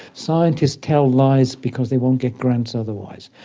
scientists tell lies because they won't get grants otherwise,